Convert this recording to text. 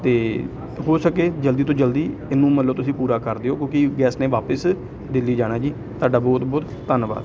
ਅਤੇ ਹੋ ਸਕੇ ਜਲਦੀ ਤੋਂ ਜਲਦੀ ਇਹਨੂੰ ਮਤਲਬ ਤੁਸੀਂ ਪੂਰਾ ਕਰ ਦਿਓ ਕਿਉਂਕਿ ਗੈਸਟ ਨੇ ਵਾਪਸ ਦਿੱਲੀ ਜਾਣਾ ਜੀ ਤੁਹਾਡਾ ਬਹੁਤ ਬਹੁਤ ਧੰਨਵਾਦ